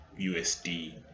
USD